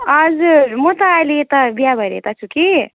हजुर म त अहिले यता बिहा भएर यता छु कि